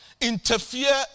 interfere